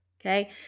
okay